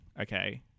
okay